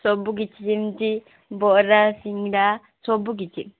ସବୁକିଛି ଯେମିତି ବରା ସିଙ୍ଗଡ଼ା ସବୁକିଛି